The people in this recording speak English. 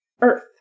Earth